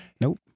nope